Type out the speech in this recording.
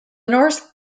north